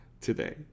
today